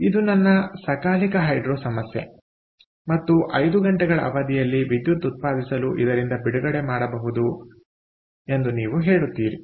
ಆದ್ದರಿಂದ ಇದು ನನ್ನ ಸಕಾಲಿಕ ಹೈಡ್ರೊ ಸಮಸ್ಯೆ ಮತ್ತು 5 ಗಂಟೆಗಳ ಅವಧಿಯಲ್ಲಿ ವಿದ್ಯುತ್ ಉತ್ಪಾದಿಸಲು ಇದರಿಂದ ಬಿಡುಗಡೆ ಮಾಡಬಹುದು ಎಂದು ನೀವು ಹೇಳುತ್ತೀರಿ